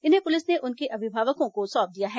इन्हें पुलिस ने उनके अभिभावकों को सौंप दिया है